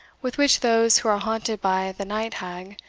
with which those who are haunted by the night-hag,